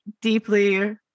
deeply